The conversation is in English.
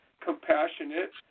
compassionate